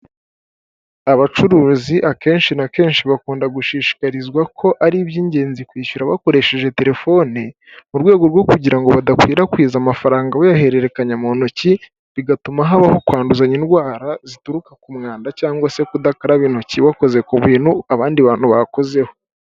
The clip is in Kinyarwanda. Abacuruzi akenshi na kenshi bakunda gushishikarizwa ko ari iby'ingenzi kwishyura bakoresheje telefone, mu rwego rwo kugira ngo badakwirakwiza amafaranga bayahererekanya mu ntoki bigatuma habaho kwanduzanya indwara zituruka ku mwanda cyangwa se kudakaraba intoki bakoze ku bintu abandi bantu bakozeho.